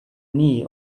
knee